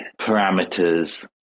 parameters